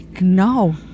no